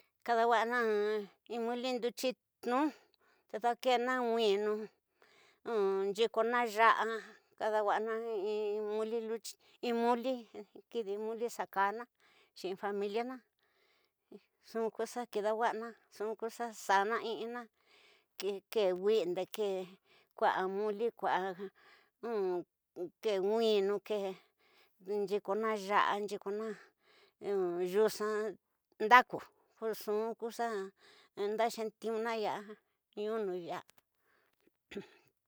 Kada xa'ana in mui ndeliyi tnu te dakeña winuñu nyikona yara, kada xawana in mui kidawani ni kaxa kada xawana familienxi ndida nyuniñaxi nyuku xa xaxaniñi ko winiñe ke, kua muli, kua ni ke winu nyikona yara nyikona yuxa ndaku nxu ku xetiunu ya'a ñuunu ya'a.